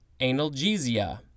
analgesia